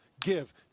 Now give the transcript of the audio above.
give